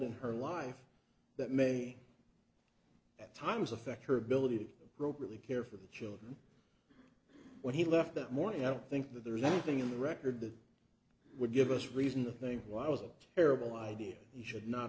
in her life that may at times affect her ability to grope really care for the children when he left that morning i don't think that there's anything in the record that would give us reason to think why was a terrible idea he should not